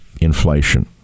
inflation